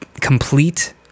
complete